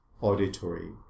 auditory